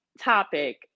topic